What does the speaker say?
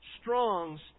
Strong's